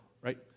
right